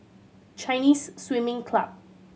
Chinese Swimming Club